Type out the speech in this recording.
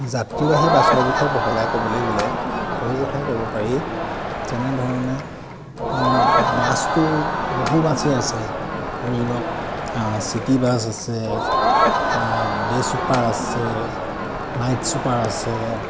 যাত্ৰীবাহী বাছৰ বিষয়ে বহলাই ক'বলৈ গ'লে বহু কথাই ক'ব পাৰি যেনে ধৰণে বাছটো বহু বাছেই আছে ধৰি লওক চিটি বাছ আছে ডে' ছুপাৰ আছে নাইট ছুপাৰ আছে